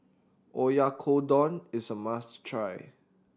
Oyakodon is a must try